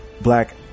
black